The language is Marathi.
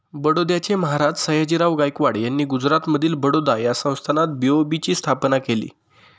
बडोद्याचे महाराज सयाजीराव गायकवाड यांनी गुजरातमधील बडोदा या संस्थानात बी.ओ.बी ची स्थापना केली